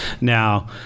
Now